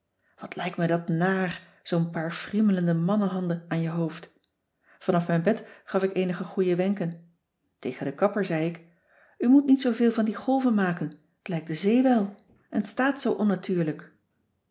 wat lijkt me dat naar zoo'n paar friemelende mannehanden aan je hoofd van af mijn bed gaf ik eenige goeie wenken tegen den kapper zei ik u moet niet zooveel van die golven maken het lijkt de zee wel en t staat zoo onnatuurlijk